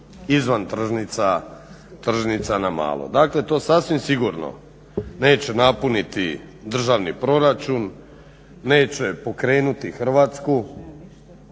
izvan tržnica na malo. Dakle to sasvim sigurno neće napuniti državni proračun, neće pokrenuti Hrvatsku,